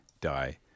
die